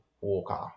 Walker